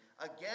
again